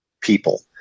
people